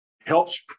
helps